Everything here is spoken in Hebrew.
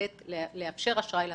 לאפשר אשראי למשק.